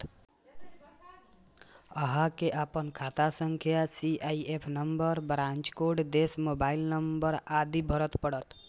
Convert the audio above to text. अहां कें अपन खाता संख्या, सी.आई.एफ नंबर, ब्रांच कोड, देश, मोबाइल नंबर आदि भरय पड़त